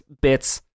bits